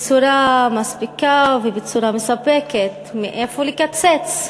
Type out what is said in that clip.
בצורה מספיקה ובצורה מספקת: מאיפה לקצץ?